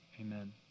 amen